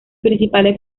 principales